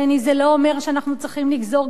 זה לא אומר שאנחנו צריכים לגזור גזירה